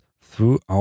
throughout